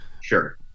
Sure